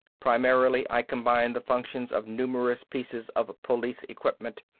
primarily i combine the functions of numerous pieces of police equipment,